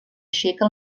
aixeca